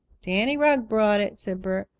danny rugg brought it, said bert.